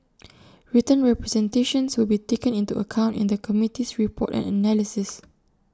written representations will be taken into account in the committee's report and analysis